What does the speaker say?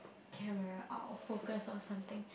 camera out of focus or something